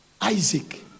Isaac